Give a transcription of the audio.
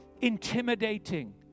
intimidating